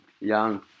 young